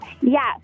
Yes